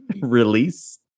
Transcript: Release